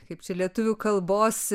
kaip čia lietuvių kalbos